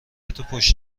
پشت